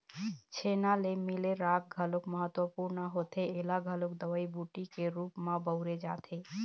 छेना ले मिले राख घलोक महत्वपूर्न होथे ऐला घलोक दवई बूटी के रुप म बउरे जाथे